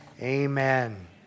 Amen